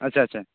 ᱟᱪᱪᱷᱟ ᱟᱪᱪᱷᱟ